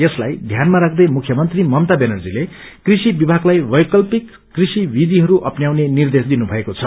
यसलाई ध्यानमा राख्दै मुख्यमन्त्री ममता व्यानर्जीत कृषि विभागलाई वैकल्पिक कृषि विधिहरूलाई अप्न्याउने निर्देश दिनुथएको छ